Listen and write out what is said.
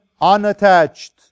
unattached